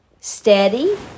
steady